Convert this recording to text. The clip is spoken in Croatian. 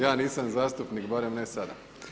Ja nisam zastupnik, barem ne sada.